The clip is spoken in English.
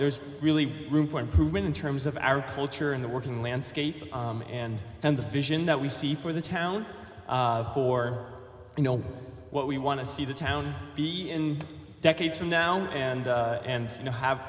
there's really room for improvement in terms of agriculture in the working landscape and and the vision that we see for the town for you know what we want to see the town be in decades from now and and you know have